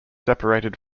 separated